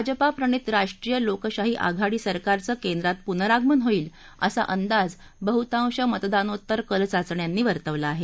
भाजपा प्रणित राष्ट्रीय लोकशाही आघाडी सरकारचं केंद्रात पुनरागमन होईल असा अंदाज बहुतांश मतदानोत्तर कल चाचण्यांनी वर्तवला आहे